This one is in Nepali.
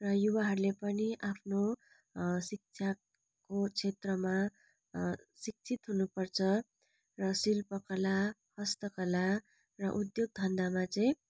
र युवाहरूले पनि आफ्नो शिक्षाको क्षेत्रमा शिक्षित हुनु पर्छ र शिल्पकला हस्तकला र उद्योग धन्दामा चाहिँ